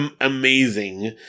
amazing